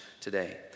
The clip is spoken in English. today